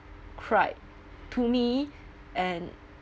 cried to me and